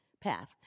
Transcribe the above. path